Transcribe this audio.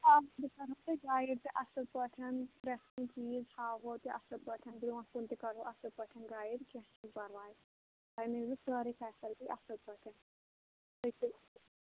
آ بہٕ کَرہو تۄہہِ گایِڈ تہِ اَصٕل پٲٹھۍ پرٛتھ کانٛہہ چیٖز ہاوہَو تہِ اَصٕل پاٹھۍ برونٛٹھ کُن تہِ کَرہو اَصل پاٹھۍ گایِڈ کیٚنٛہہ چھُنہٕ پرواے تۅہہِ میلوٕ سٲرٕے فیسلٹی اَصٕل پٲٹھۍ تُہۍ کٔرِو